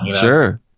sure